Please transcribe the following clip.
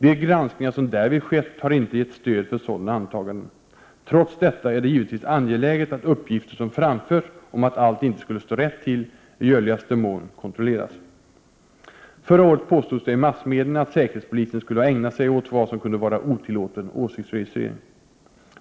De granskningar som därvid skett har inte gett stöd för sådana antaganden. Trots detta är det givetvis angeläget att uppgifter som framförs om att allt inte skulle stå rätt till i görligaste mån kontrolleras. Förra året påstods det i massmedierna att säkerhetspolisen skulle ha ägnat sig åt vad som kunde vara otillåten åsiktsregistrering.